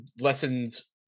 lessons